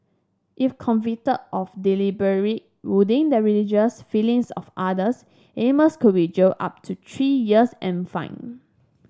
if convicted of deliberate wounding the religious feelings of others Amos could be jailed up to three years and fined